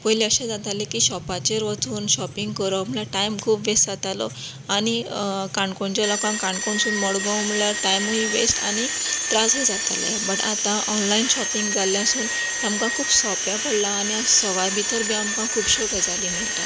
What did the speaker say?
पयलें अशें जातालें कि शोपाचेर वचून शोपिंग करप म्हणल्यार टायम खूब वेस्ट जातालो आनी काणकोणचें लोकांक काणकोणसून मडगांव म्हणल्यार टामूय वेस्ट आनी त्रासय जातालें आता ऑनलायन शोपिंग जाल्ल्यासून हें आमकां खूब सोपें पडला आनी सवाय भितर बी आमकां खुबश्यो गजाली मेळटात